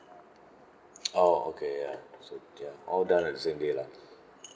oh okay ya so ya all done on the same day lah